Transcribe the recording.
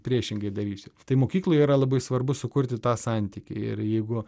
priešingai darysiu tai mokykloj yra labai svarbu sukurti tą santykį ir jeigu